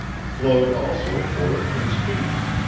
flowed also forth in speech.